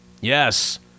Yes